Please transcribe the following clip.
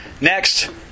Next